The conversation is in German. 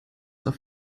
auf